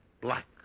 Black